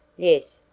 yes,